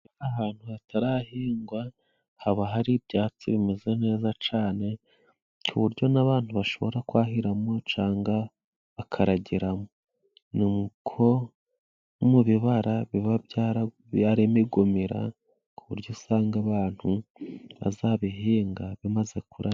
Ahantu hatarahingwa, haba hari ibyatsi bimeze neza cane, ku buryo n'abantu bashobora kwahiramo canga akaragiramo, nuko no mu bibara biba ari imigumira, ku buryo usanga abantu bazabihinga bimaze kura.